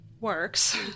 works